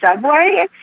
subway